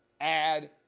Add